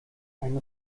einen